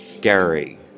Gary